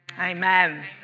Amen